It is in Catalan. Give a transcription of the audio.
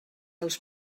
els